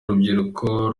urubyiruko